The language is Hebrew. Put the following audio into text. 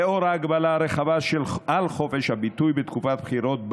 לאור ההגבלה הרחבה על חופש הביטוי בתקופת בחירות,